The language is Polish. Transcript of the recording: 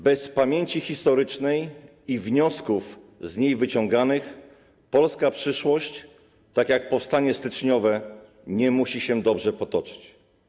Bez pamięci historycznej i wniosków z niej wyciąganych polska przyszłość, tak jak powstanie styczniowe, nie musi się dobrze potoczyć.